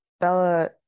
Bella